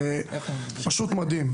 זה פשוט מדהים.